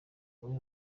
muri